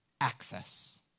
access